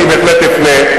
אני בהחלט אפנה,